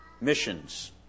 missions